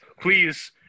Please